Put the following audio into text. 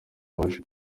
yabajijwe